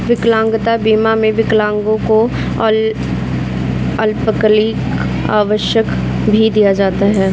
विकलांगता बीमा में विकलांगों को अल्पकालिक अवकाश भी दिया जाता है